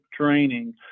training